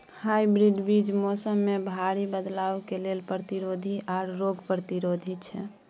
hybrid बीज मौसम में भारी बदलाव के लेल प्रतिरोधी आर रोग प्रतिरोधी छै